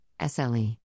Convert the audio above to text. SLE